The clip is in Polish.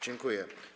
Dziękuję.